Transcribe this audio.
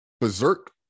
Berserk